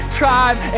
tribe